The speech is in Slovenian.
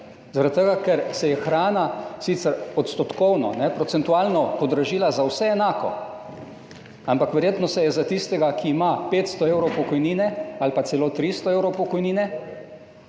tega, ker se je hrana sicer procentualno podražila za vse enako, ampak verjetno tistemu, ki ima 500 evrov pokojnine ali pa celo 300 evrov pokojnine,